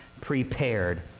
prepared